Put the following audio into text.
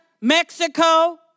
Mexico